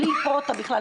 בלי לקרוא אותה בכלל,